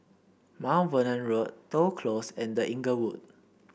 Mount Vernon Road Toh Close and The Inglewood